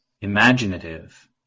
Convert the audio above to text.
imaginative